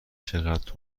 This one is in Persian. چقدر